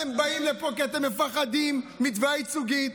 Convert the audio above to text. אתם באים לפה כי אתם מפחדים מתביעה ייצוגית.